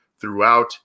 throughout